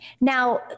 Now